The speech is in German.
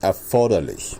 erforderlich